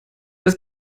das